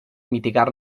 mitigar